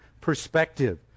perspective